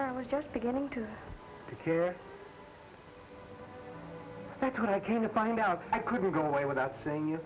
i was just beginning to get care that's what i came to find out i couldn't go away without saying you